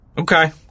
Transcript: Okay